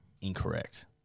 Incorrect